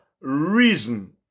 reason